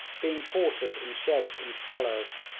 being quartered in sheds and cellars.